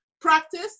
practice